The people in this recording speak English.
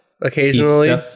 occasionally